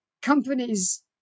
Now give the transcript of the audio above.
companies